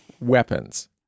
weapons